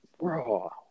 bro